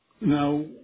Now